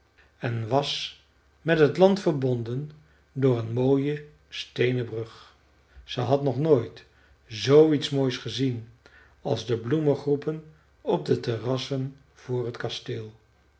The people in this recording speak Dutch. en was met het land verbonden door een mooie steenen brug ze had nog nooit zoo iets moois gezien als de bloemengroepen op de terrassen voor het kasteel